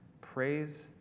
Praise